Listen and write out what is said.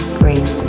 green